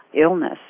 illness